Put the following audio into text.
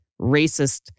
racist